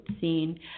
scene